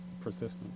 persistence